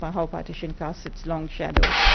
how partition casts its long shadow.